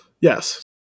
yes